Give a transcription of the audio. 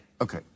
Okay